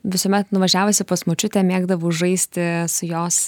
visuomet nuvažiavusi pas močiutę mėgdavau žaisti jos